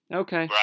okay